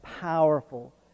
powerful